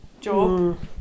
job